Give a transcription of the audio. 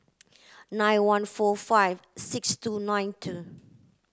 nine one four five six two nine two